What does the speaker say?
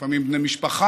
לפעמים בני משפחה,